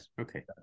okay